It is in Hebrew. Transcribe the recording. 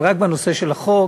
אבל רק בנושא של החוק